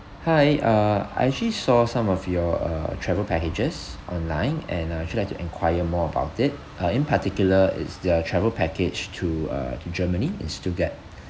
hi uh I actually saw some of your uh travel packages online and I actually like to enquire more about it uh in particular it's the travel package to uh to germany in stuttgart